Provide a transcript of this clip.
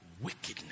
wickedness